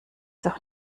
doch